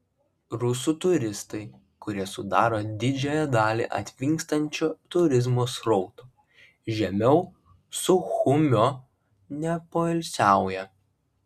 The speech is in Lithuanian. rusų turistai kurie sudaro didžiąją dalį atvykstančio turizmo srauto žemiau suchumio nepoilsiauja